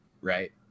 right